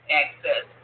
access